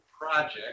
Project